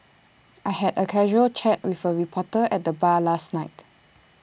I had A casual chat with A reporter at the bar last night